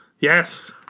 Yes